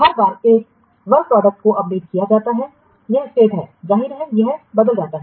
हर बार एक कार्य उत्पाद को अपडेट किया जाता है यह राज्य है जाहिर है यह बदल जाता है